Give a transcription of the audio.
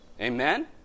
Amen